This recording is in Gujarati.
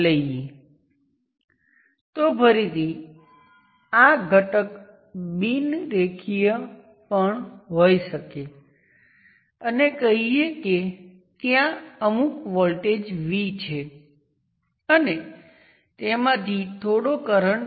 મને આ મારી સર્કિટ કહેવા દો હવે આપણે જે જોઈએ તે ટર્મિનલ થિયોરમ પર આધારિત કરંટ સોર્સ સાથે બદલ્યું